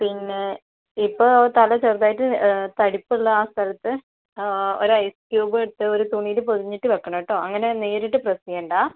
പിന്നെ ഇപ്പോൾ തല ചെറുതായിട്ട് തടിപ്പുള്ള ആ സ്ഥലത്ത് ഒരൈസ് ക്യൂബ് എടുത്ത് ഒരു തുണീല് പൊതിഞ്ഞിട്ട് വെക്കണട്ടോ അങ്ങനെ നേരിട്ട് പ്രസ്സ് ചെയ്യണ്ട